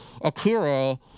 Akira